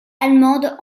allemandes